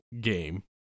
game